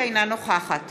אינה נוכחת